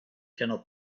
cannot